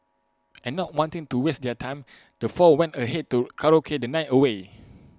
and not wanting to waste their time the four went ahead to karaoke the night away